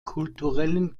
kulturellen